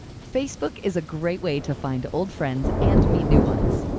facebook is a great way to find old friends and meet new ones.